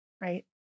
right